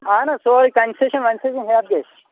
اہَن حظ سورُے کَنسیشَن وَینسیشَن ہٮ۪تھ گژھِ